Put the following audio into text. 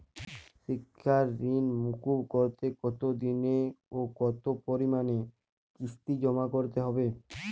শিক্ষার ঋণ মুকুব করতে কতোদিনে ও কতো পরিমাণে কিস্তি জমা করতে হবে?